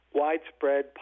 widespread